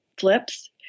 flips